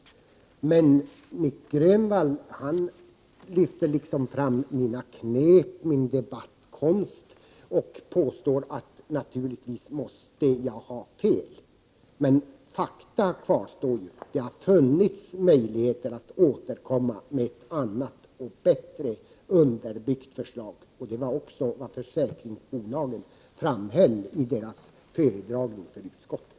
Men Nic Grönvall lyfter fram mina knep, min debattkonst och påstår att jag naturligtvis måste ha fel. Men fakta kvarstår: Det har funnits möjligheter att återkomma med ett bättre underbyggt förslag. Detta framhölls också av försäkringsbolagen vid föredragningar i utskottet.